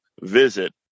visit